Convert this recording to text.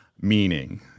meaning